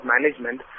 management